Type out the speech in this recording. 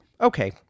Okay